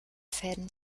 fäden